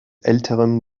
älteren